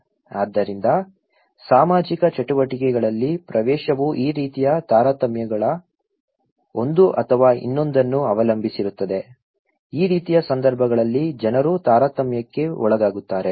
ಆದ್ದರಿಂದ ಸಾಮಾಜಿಕ ಚಟುವಟಿಕೆಗಳಿಗೆ ಪ್ರವೇಶವು ಈ ರೀತಿಯ ತಾರತಮ್ಯಗಳ ಒಂದು ಅಥವಾ ಇನ್ನೊಂದನ್ನು ಅವಲಂಬಿಸಿರುತ್ತದೆ ಈ ರೀತಿಯ ಸಂದರ್ಭಗಳಲ್ಲಿ ಜನರು ತಾರತಮ್ಯಕ್ಕೆ ಒಳಗಾಗುತ್ತಾರೆ